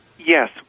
Yes